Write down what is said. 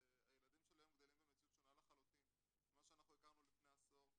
הילדים של היום גדלים במציאות שונה לחלוטין ממה שאנחנו הכרנו לפני עשור,